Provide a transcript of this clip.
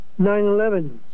9-11